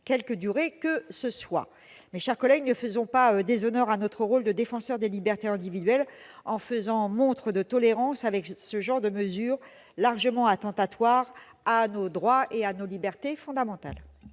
quelque durée que ce soit. Mes chers collègues, ne déshonorons pas notre rôle de défenseurs des libertés individuelles en faisant montre de tolérance avec ce genre de mesures largement attentatoires à nos droits et libertés fondamentaux